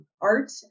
art